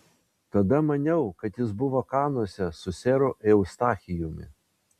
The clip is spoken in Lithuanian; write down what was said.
tada maniau kad jis buvo kanuose su seru eustachijumi